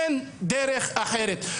אין דרך אחרת,